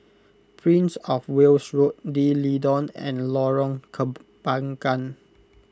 Prince of Wales Road D'Leedon and Lorong Kembagan